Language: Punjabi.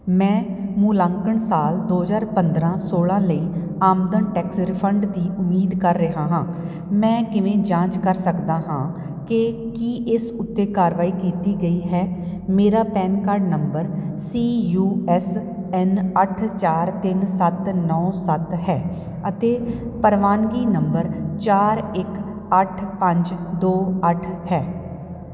ਮੈਂ ਮੁੱਲਾਂਕਣ ਸਾਲ ਦੋ ਹਜ਼ਾਰ ਪੰਦਰਾਂ ਸੋਲਾਂ ਲਈ ਆਮਦਨ ਟੈਕਸ ਰਿਫੰਡ ਦੀ ਉਮੀਦ ਕਰ ਰਿਹਾ ਹਾਂ ਮੈਂ ਕਿਵੇਂ ਜਾਂਚ ਕਰ ਸਕਦਾ ਹਾਂ ਕਿ ਕੀ ਇਸ ਉੱਤੇ ਕਾਰਵਾਈ ਕੀਤੀ ਗਈ ਹੈ ਮੇਰਾ PAN card number C U S N ਅੱਠ ਚਾਰ ਤਿੰਨ ਸੱਤ ਨੌਂ ਸੱਤ ਹੈ ਅਤੇ ਪ੍ਰਵਾਨਗੀ ਨੰਬਰ ਚਾਰ ਇੱਕ ਅੱਠ ਪੰਜ ਦੋ ਅੱਠ ਹੈ